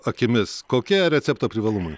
akimis kokie recepto privalumai